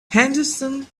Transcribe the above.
henderson